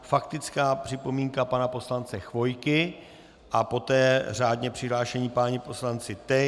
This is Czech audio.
Faktická připomínka pana poslance Chvojky a poté řádně přihlášení páni poslanci Tejc...